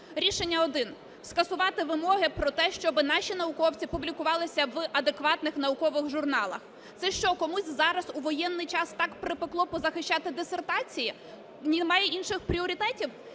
Рішення один. Скасувати вимоги про те, щоби наші науковці публікувалися в адекватних наукових журналах. Це що, комусь зараз, у воєнний час, так припекло позахищати дисертації? Немає інших пріоритетів,